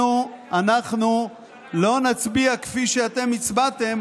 אנחנו לא נצביע כפי שאתם הצבעתם